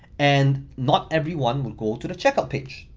and not everyone will go to the checkout page,